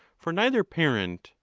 for neither parent,